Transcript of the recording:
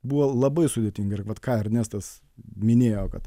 buvo labai sudėtinga ir vat ką ernestas minėjo kad